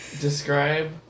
Describe